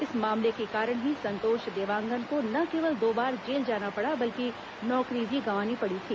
इस मामले के कारण ही संतोष देवांगन को न केवल दो बार जेल जाना पड़ा बल्कि नौकरी भी गंवानी पड़ी थी